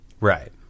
Right